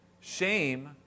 Shame